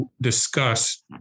discuss